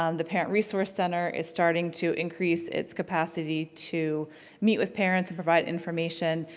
um the parent resource center is starting to increase its capacity to meet with parents and provide information.